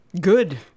Good